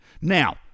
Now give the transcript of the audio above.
Now